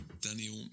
Daniel